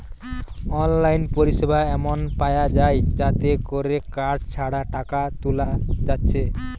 online পরিসেবা এমন পায়া যায় যাতে কোরে কার্ড ছাড়া টাকা তুলা যাচ্ছে